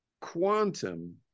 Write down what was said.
Quantum